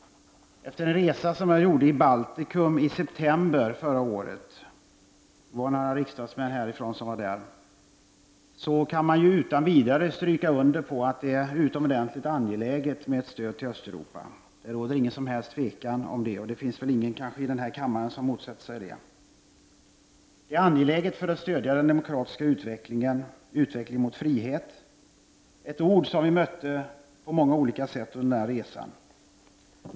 Efter en resa som jag gjorde i Baltikum i september förra året — några riksdagsmän härifrån var där — kan jag utan vidare understryka att det är utomordentligt angeläget med stöd till Östeuropa. Det är ingen som helst tvekan om det. Det finns väl inte heller någon i denna kammare som motsätter sig det. Det är angeläget att stödja den demokratiska utvecklingen, en utveckling mot frihet. Det är ett ord som vi mötte på många olika sätt under resan.